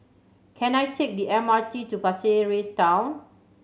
can I take the M R T to Pasir Ris Town